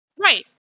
Right